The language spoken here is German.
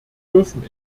dürfen